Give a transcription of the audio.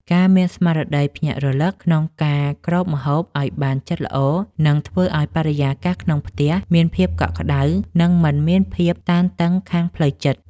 ការមានស្មារតីភ្ញាក់រលឹកក្នុងការគ្របម្ហូបឱ្យបានជិតល្អនឹងធ្វើឱ្យបរិយាកាសក្នុងផ្ទះមានភាពកក់ក្តៅ និងមិនមានភាពតានតឹងខាងផ្លូវចិត្ត។